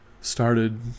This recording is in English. started